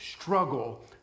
struggle